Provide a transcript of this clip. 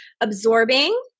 absorbing